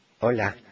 Hola